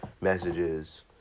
messages